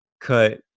cut